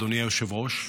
אדוני היושב-ראש,